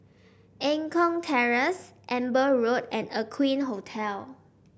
Eng Kong Terrace Amber Road and Aqueen Hotel